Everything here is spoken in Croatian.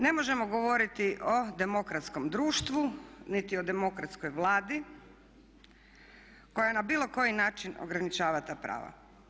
Ne možemo govoriti o demokratskom društvu, niti o demokratskoj Vladi koja na bilo koji način ograničava ta prava.